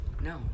No